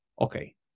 okay